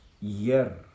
Year